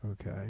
okay